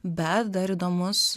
bet dar įdomus